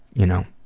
you know,